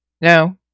No